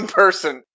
person